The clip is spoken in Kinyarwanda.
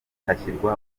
hashyirwa